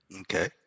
Okay